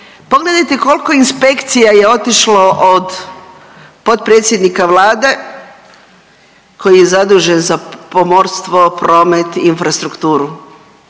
Pogledajte koliko inspekcija je otišlo od potpredsjednika Vlade koji je zadužen za pomorstvo, promet, infrastrukturu.